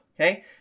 Okay